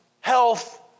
health